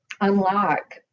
unlock